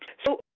so,